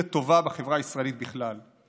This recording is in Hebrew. שינויים לטובה בחברה הישראלית בכלל,